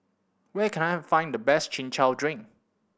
where can I find the best Chin Chow drink